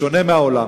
בשונה מהעולם,